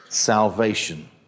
Salvation